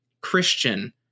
Christian